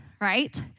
right